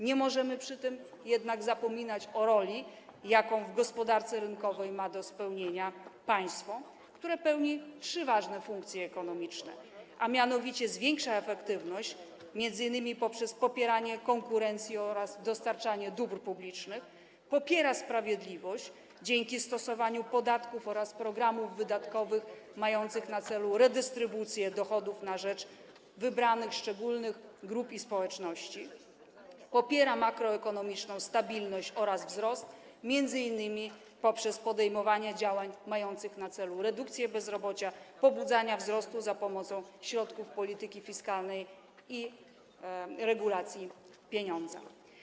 Nie możemy przy tym jednak zapominać o roli, jaką w gospodarce rynkowej ma do spełnienia państwo, które pełni trzy ważne funkcje ekonomiczne, a mianowicie: zwiększa efektywność - m.in. poprzez popieranie konkurencji oraz dostarczanie dóbr publicznych; popiera sprawiedliwość - dzięki stosowaniu podatków oraz programów wydatkowych mających na celu redystrybucję dochodów na rzecz wybranych, szczególnych grup i społeczności; popiera makroekonomiczną stabilność oraz wzrost - m.in. poprzez podejmowanie działań mających na celu redukcję bezrobocia oraz pobudzanie wzrostu za pomocą środków polityki fiskalnej i regulacji pieniądza.